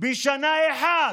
בשנה אחת,